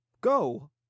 go